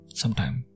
sometime